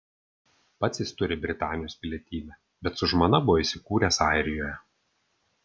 pats jis turi britanijos pilietybę bet su žmona buvo įsikūrę airijoje